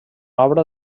obra